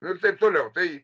ir taip toliau tai